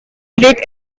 great